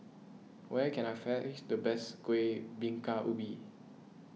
where can I find the best Kueh Bingka Ubi